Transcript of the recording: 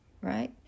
right